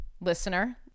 Listener